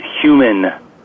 human